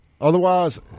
otherwise